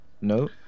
no